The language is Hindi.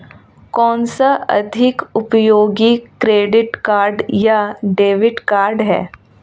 कौनसा अधिक उपयोगी क्रेडिट कार्ड या डेबिट कार्ड है?